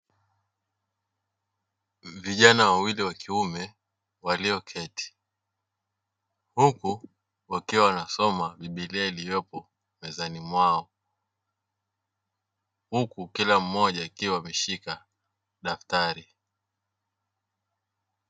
Vijana wawili wakiume walioketi huku wakiwa wanasoma biblia iliyopo mezani mwao huku kila mmoja akiwa ameshika daftari.